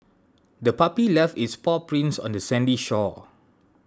the puppy left its paw prints on the sandy shore